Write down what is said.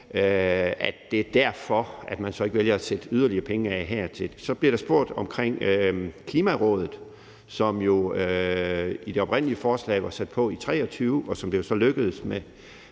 at det er derfor, man ikke vælger at sætte yderligere penge af til det. Så bliver der spurgt om Klimarådet, som jo i det oprindelige forslag var sat på i 2023, og som det jo så med gode